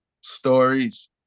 stories